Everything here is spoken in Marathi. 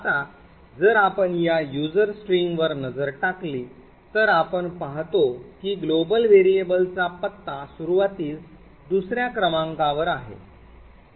आता जर आपण या युजर स्ट्रींगवर user string नजर टाकली तर आपण पाहतो की ग्लोबल व्हेरिएबलचा पत्ता सुरूवातीस दुसऱ्या क्रमांकावर आहे